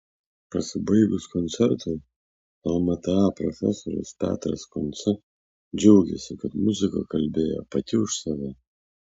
pasibaigus koncertui lmta profesorius petras kunca džiaugėsi kad muzika kalbėjo pati už save